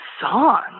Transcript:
song